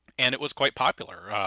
and it was quite popular,